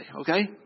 okay